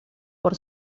por